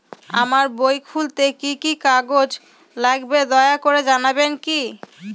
আমার বই খুলতে কি কি কাগজ লাগবে দয়া করে জানাবেন কি?